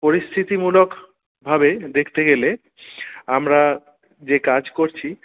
পরিস্থিতিমূলক ভাবে দেখতে গেলে আমরা যে কাজ করছি